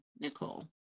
Nicole